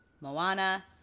Moana